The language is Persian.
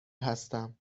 هستم